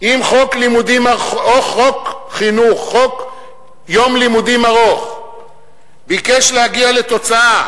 אם חוק יום חינוך ארוך ביקש להגיע לתוצאה